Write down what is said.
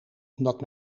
omdat